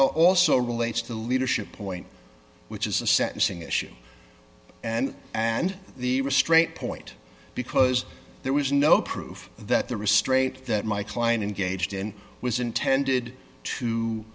also relates to leadership point which is a sentencing issue and and the restraint point because there was no proof that the restraint that my client engaged in was intended to